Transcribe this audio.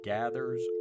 gathers